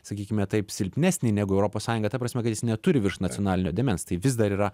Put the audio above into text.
sakykime taip silpnesnį negu europos sąjunga ta prasme kad jis neturi viršnacionalinio dėmens tai vis dar yra